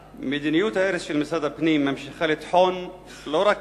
מדיניות ההרס של משרד הפנים ממשיכה לטחון לא רק